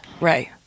Right